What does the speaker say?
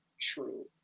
True